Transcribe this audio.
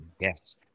Yes